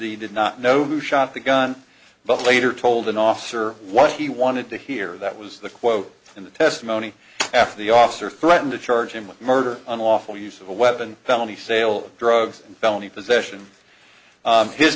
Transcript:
the did not know who shot the gun but later told an officer what he wanted to hear that was the quote in the testimony after the officer threatened to charge him with murder unlawful use of a weapon felony sale drugs and felony possession